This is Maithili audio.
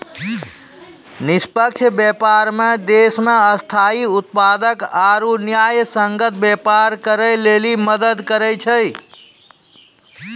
निष्पक्ष व्यापार मे देश मे स्थायी उत्पादक आरू न्यायसंगत व्यापार करै लेली मदद करै छै